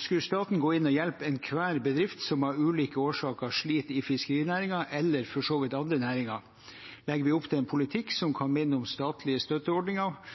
Skal staten gå inn og hjelpe enhver bedrift som av ulike årsaker sliter i fiskerinæringen, eller for så vidt andre næringer, legger vi opp til en politikk som kan minne om statlige støtteordninger